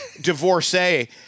divorcee